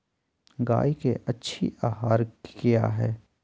गाय के अच्छी आहार किया है?